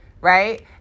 right